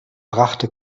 brachte